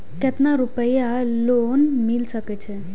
केतना रूपया लोन मिल सके छै?